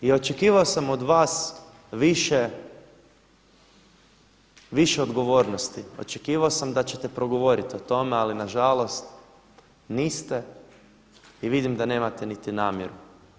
I očekivao sam od vas više odgovornosti, očekivao sam da ćete progovoriti o tome ali na žalost niste i vidim da nemate niti namjeru.